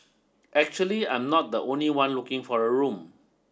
actually I'm not the only one looking for a room